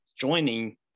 joining